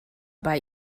bei